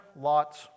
Lot's